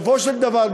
בסופו של דבר,